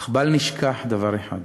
אך בל נשכח דבר אחד: